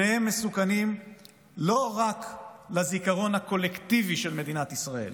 שניהם מסוכנים לא רק לזיכרון הקולקטיבי של מדינת ישראל,